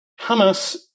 Hamas